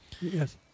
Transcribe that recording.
Yes